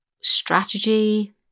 strategy